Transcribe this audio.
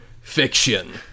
fiction